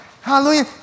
Hallelujah